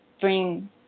bring